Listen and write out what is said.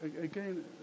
again